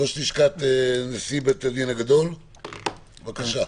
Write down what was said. ראש לשכת נשיא בית-הדין הגדול, בבקשה.